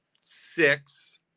six